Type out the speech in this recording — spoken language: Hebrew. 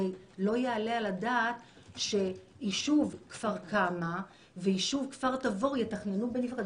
הרי לא יעלה על הדעת שיישוב כפר כנא ויישוב כפר תבור יתכננו בנפרד,